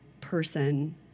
person